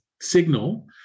signal